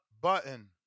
button